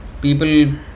people